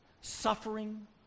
Suffering